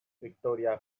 victoria